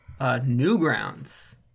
Newgrounds